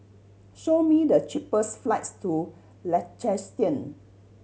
show me the cheapest flights to Liechtenstein